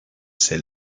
ses